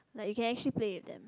like you can actually play with them